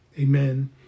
Amen